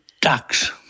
ducks